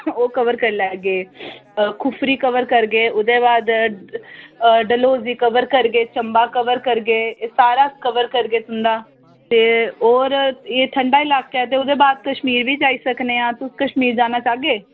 ओह् कवर करी लैगे खुफरी कवर करगे ओह्दे बाद ड डलहौजी कवर करगे चंबा कवर करगे एह् सारा कवर करगे तुं'दा ते और एह् ठंडा इलाका ऐ ते ओह्दे बाद कशमीर बी जाई सकने आं तुस कशमीर जाना चाह्गे